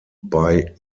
bei